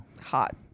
hot